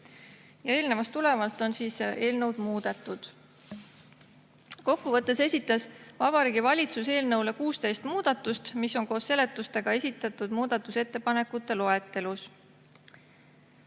Eelnevast tulenevalt on eelnõu muudetud. Kokku võttes esitas Vabariigi Valitsus eelnõu kohta 16 muudatust, mis on koos seletustega esitatud muudatusettepanekute loetelus.